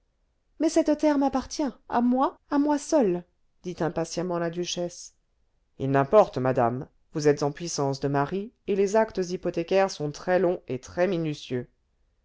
mais cette terre m'appartient à moi à moi seule dit impatiemment la duchesse il m'importe madame vous êtes en puissance de mari et les actes hypothécaires sont très longs et